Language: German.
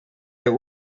der